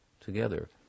together